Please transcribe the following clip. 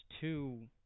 two